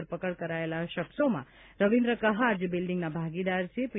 ધરપકડ કરાયેલા શખ્સોમાં રવિન્દ્ર કહાર જે બિલ્ડિંગના ભાગીદાર છે પી